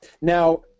Now